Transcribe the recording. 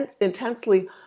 intensely